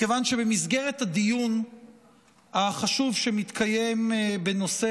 מכיוון שבמסגרת הדיון החשוב שמתקיים בנושא